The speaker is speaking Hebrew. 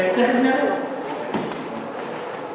תכף נראה.